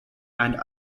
and